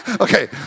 Okay